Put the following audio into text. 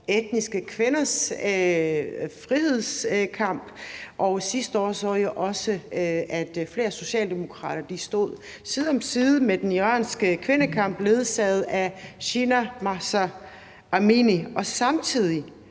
etniske kvinders frihedskamp, og sidste år så vi jo også, at flere socialdemokrater stod side om side med den iranske kvindekamp ledsaget af Jina Mahsa Amini. Samtidig